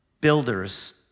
builders